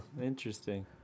Interesting